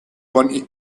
wanted